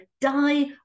die